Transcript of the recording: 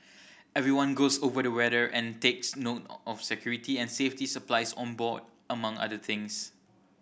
everyone goes over the weather and takes note of security and safety supplies on board among other things